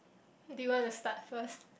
do you want to start first